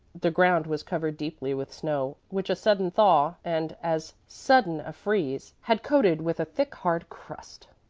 the ground was covered deeply with snow which a sudden thaw and as sudden a freeze had coated with a thick, hard crust.